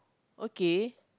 okay